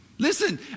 Listen